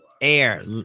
air